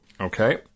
Okay